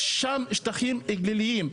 יש שם שטחים גליליים,